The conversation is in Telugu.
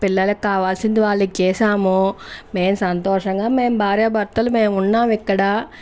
పిల్లలకి కావలసింది వాళ్ళ ఇచ్చేశాము మేము సంతోషంగా మేమ్ భార్యాభర్తలు మేం ఉన్నాం ఇక్కడ